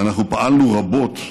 אנחנו פעלנו רבות,